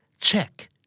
Check